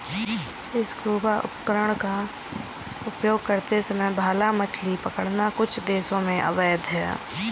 scuba उपकरण का उपयोग करते समय भाला मछली पकड़ना कुछ देशों में अवैध है